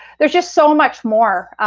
there is just so much more.